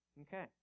Okay